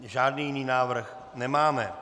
Žádný jiný návrh nemáme.